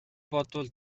бодвол